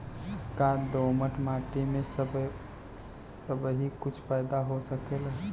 का दोमट माटी में सबही कुछ पैदा हो सकेला?